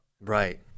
Right